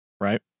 Right